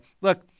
look